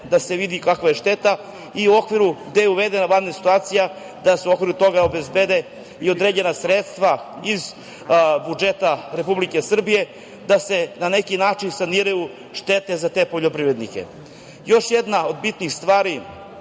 da se vidi kakva je šteta i u okviru gde je uvedena vanredna situacija da se u okviru toga obezbede i određena sredstva iz budžeta Republike Srbije, da se na neki način saniraju štete za te poljoprivrednike. Još jedna od bitnih stvari,